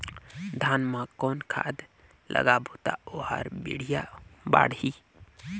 धान मा कौन खाद लगाबो ता ओहार बेडिया बाणही?